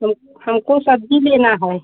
हमको हमको सब्ज़ी लेना है